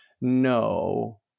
no